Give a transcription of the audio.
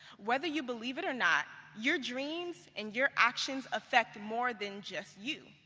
whether you believe it or not, your dreams and your actions affect more than just you.